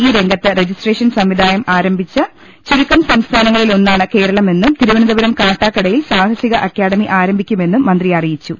ഈരംഗത്ത് registration സമ്പ്രദായം ആരംഭിച്ച ചുരുക്കം സംസ്ഥാനങ്ങളിലൊന്നാണ് കേരളമെന്നും തിരുവനന്തപുരം കാട്ടാക്കടയിൽ സാഹസിക അക്കാദമി ആരംഭിക്കുമെന്നും മന്ത്രി അറിയിച്ചു